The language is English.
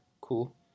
cool